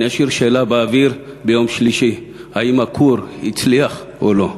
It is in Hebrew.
אני אשאיר שאלה באוויר ביום שלישי: האם הכור הצליח או לא?